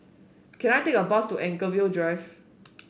can I take a bus to Anchorvale Drive